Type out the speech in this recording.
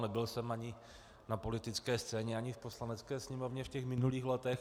Nebyl jsem ani na politické scéně, ani v Poslanecké sněmovně v minulých letech.